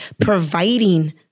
providing